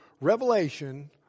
revelation